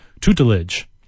Tutelage